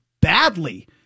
badly